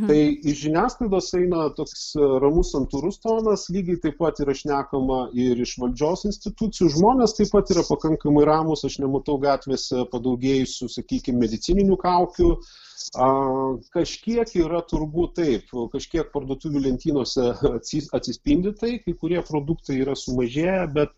tai iš žiniasklaidos eina toks ramus santūrus tonas lygiai taip pat yra šnekama ir iš valdžios institucijų žmonės taip pat yra pakankamai ramūs aš nematau gatvėse padaugėjusių sakykim medicininių kaukių a kažkiek yra turbūt taip kažkiek parduotuvių lentynose atsi atsispindi tai kai kurie produktai yra sumažėję bet